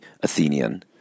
Athenian